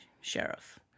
sheriff